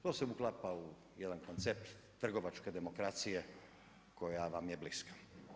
To se uklapa u jedan koncept trgovačke demokracije koja vam je bliska.